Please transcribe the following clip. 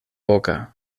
boca